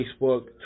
Facebook